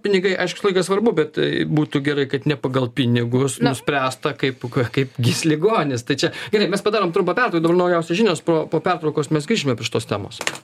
pinigai aišku visą laiką svarbu bet būtų gerai kad ne pagal pinigus nuspręsta kaip kaip gis ligonis tai čia gerai mes padarom trumpą pertrauką dabar naujausios žinios po po pertraukos mes grįšime prie šitos temos